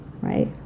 right